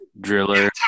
driller